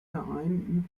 verein